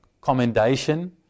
commendation